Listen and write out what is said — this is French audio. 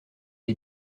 est